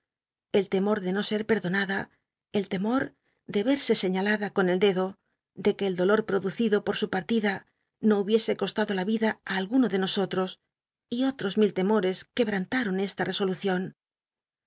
el temor de no ser perdonada el temot de verse señalada con el dedo de qne el dolor producido por su pat'lida no hubiese costado la vida t alguno de nosottos y otros mil temores qucbtantaeon esta rcsolucion